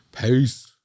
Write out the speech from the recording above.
peace